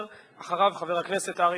חבר הכנסת אייכלר.